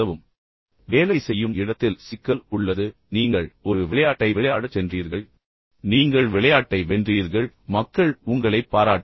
எனவே வேலை செய்யும் இடத்தில் சிக்கல் உள்ளது ஆனால் நீங்கள் ஒரு விளையாட்டை விளையாடச் சென்றீர்கள் பின்னர் உங்கள் நண்பர்களைச் சந்தித்தீர்கள் பின்னர் நீங்கள் விளையாட்டை வென்றீர்கள் மக்கள் உங்களைப் பாராட்டினர்